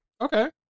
Okay